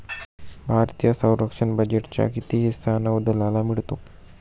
भारतीय संरक्षण बजेटचा किती हिस्सा नौदलाला मिळतो?